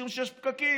משום שיש פקקים,